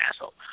asshole